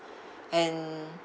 and